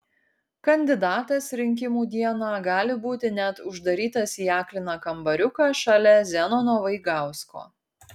kandidatas rinkimų dieną gali būti net uždarytas į akliną kambariuką šalia zenono vaigausko